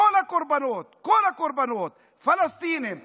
כל הקורבנות, כל הקורבנות, פלסטינים ויהודים,